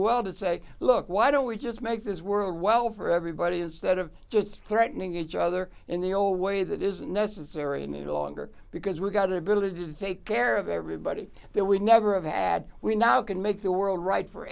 well to say look why don't we just make this world well for everybody instead of just threatening each other in the old way that isn't necessary in the longer because we've got ability to take care of everybody that we never of had we now can make the world right for